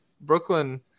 Brooklyn